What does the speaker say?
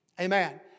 Amen